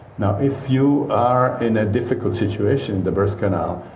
now if you are in a difficult situation the birth canal,